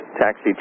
Taxi